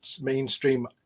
mainstream